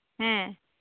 ᱦᱮᱸ